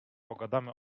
pogadamy